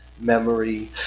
memory